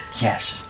Yes